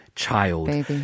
child